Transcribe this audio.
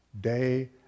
day